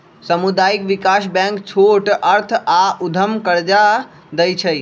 सामुदायिक विकास बैंक छोट अर्थ आऽ उद्यम कर्जा दइ छइ